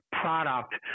product